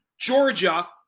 Georgia